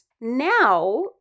Now